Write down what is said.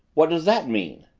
what does that mean?